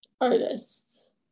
artists